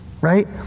Right